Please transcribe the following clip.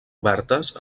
obertes